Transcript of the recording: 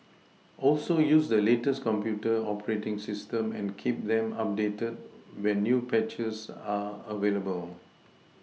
also use the latest computer operating system and keep them updated when new patches are available